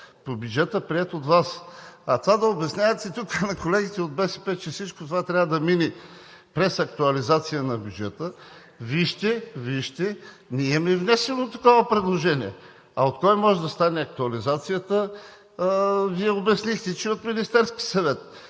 по бюджета, приет от Вас, а да обяснявате на колегите от БСП, че всичко това трябва да мине през актуализация на бюджета… Вижте, ние имаме внесено такова предложение, а от кого може да стане актуализацията? Вие обяснихте, че от Министерския съвет,